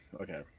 okay